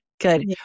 good